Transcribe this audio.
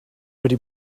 wedi